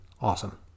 awesome